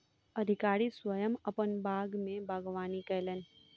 अधिकारी स्वयं अपन बाग में बागवानी कयलैन